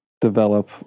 develop